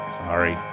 sorry